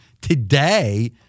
today